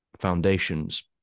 foundations